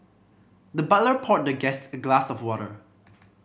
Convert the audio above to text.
the butler poured the guest a glass of water